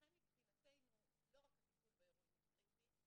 ולכן מבחינתנו לא רק הטיפול באירועים הוא קריטי,